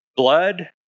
Blood